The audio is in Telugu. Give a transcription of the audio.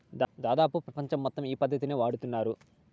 దాదాపు ప్రపంచం మొత్తం ఈ పద్ధతినే వాడుతున్నారు